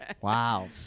Wow